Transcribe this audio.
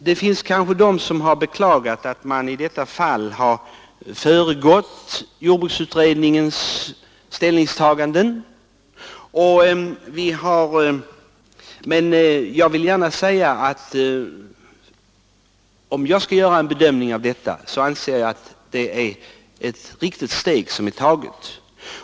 Det finns kanske de som beklagar att man i detta fall har föregått jordbruksutredningens ställningstagande, men om jag skall göra en bedömning så anser jag att det är ett riktigt steg som nu har tagits.